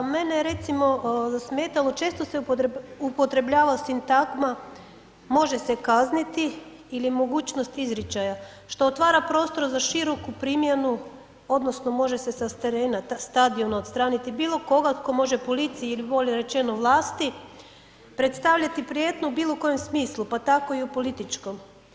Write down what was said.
Mene je recimo smetalo, često se upotrebljava sintagma „može se kazniti“ ili „mogućnost izričaja“ što otvara prostor za široku primjenu odnosno može se sa terena stadiona odstraniti bilokoga tko može policiji ili bolje rečeno vlasti, predstavljati prijetnju u bilokojem smislu pa tako i u političkom.